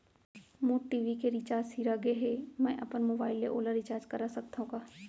मोर TV के recharge सिरा गे हे, मैं अपन मोबाइल ले ओला रिचार्ज करा सकथव का?